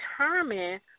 determine